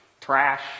trash